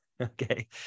Okay